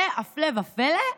והפלא ופלא,